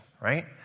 right